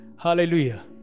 hallelujah